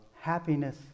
happiness